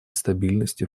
стабильности